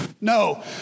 No